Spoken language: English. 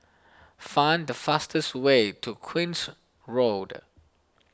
find the fastest way to Queen's Road